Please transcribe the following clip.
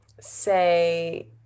say